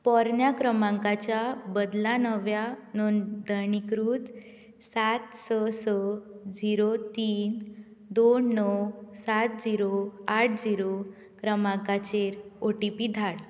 पोरन्या क्रमांकाच्या बदला नव्या नोंदणीकृत सात स स झिरो तीन दोन णव सात झिरो आठ झिरो क्रमांकाचेर ओ टी पी धाड